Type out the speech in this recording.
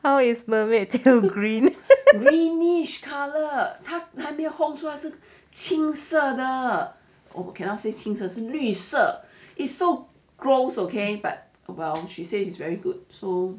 how is mermaid tail green